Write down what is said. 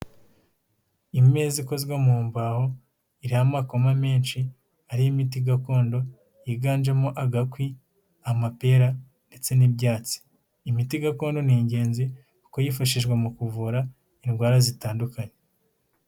Imeza ikozwe mu mbaho iriho amakoma menshi hariho imiti gakondo yiganjemo agakwi. amapera ndetse n'ibyatsi, imiti gakondo ni ingenzi kuko yifashishwa mu kuvura indwara zitandukanye.